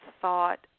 thought